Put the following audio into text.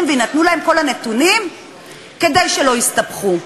ויינתנו להם כל הנתונים כדי שלא יסתבכו.